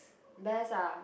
best ah